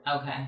Okay